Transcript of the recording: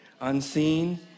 Unseen